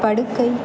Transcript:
படுக்கை